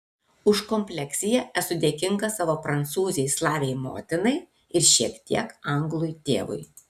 už kompleksiją esu dėkingas savo prancūzei slavei motinai ir šiek tiek anglui tėvui